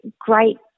great